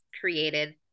created